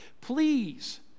Please